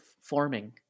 forming